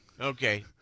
okay